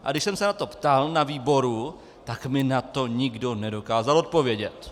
Když jsem se na to ptal na výboru, tak mi na to nikdo nedokázal odpovědět.